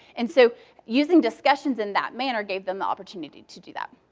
and so using discussions in that manner gave them the opportunity to do that.